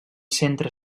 centre